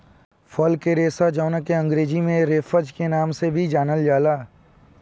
फल के रेशा जावना के अंग्रेजी में रफेज के नाम से भी जानल जाला